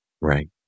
Right